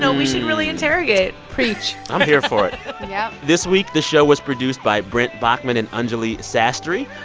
um we should really interrogate preach i'm here for it yup yeah this week, the show was produced by brent baughman and anjuli sastry.